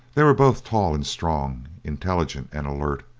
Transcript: they were both tall and strong, intelligent and alert,